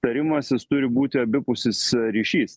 tarimasis turi būti abipusis ryšys